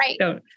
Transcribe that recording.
Right